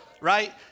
right